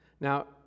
Now